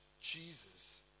Jesus